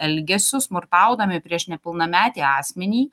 elgesiu smurtaudami prieš nepilnametį asmenį